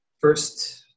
first